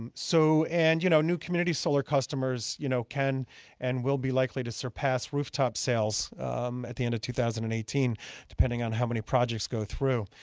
and so and you know new community solar customers you know can and will be likely to surpass rooftop sales at the end of two thousand and eighteen depending how many projects go through.